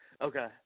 Okay